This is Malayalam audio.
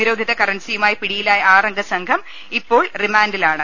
നിരോധിത കറൻസിയുമായി പിടിയിലായ ആറംഗസംഘം ഇപ്പോൾ റിമാൻഡിലാണ്